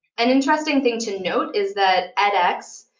an interesting thing to note is that edx,